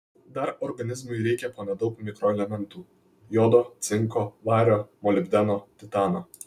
dar organizmui reikia po nedaug mikroelementų jodo cinko vario molibdeno titano